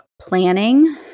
planning